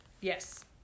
Yes